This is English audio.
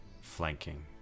flanking